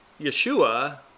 Yeshua